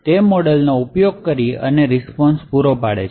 તે મોડેલનો ઉપયોગ કરી અને રીસ્પોન્શ પૂરો પાડે છે